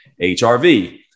HRV